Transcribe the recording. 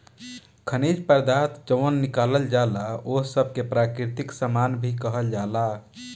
खनिज पदार्थ जवन निकालल जाला ओह सब के प्राकृतिक सामान भी कहल जाला